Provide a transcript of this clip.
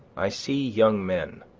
i see young men,